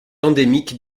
endémique